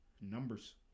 Numbers